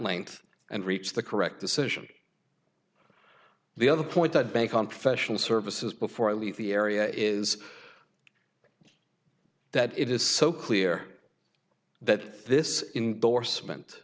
length and reached the correct decision the other point i'd bank on professional services before i leave the area is that it is so clear that this door s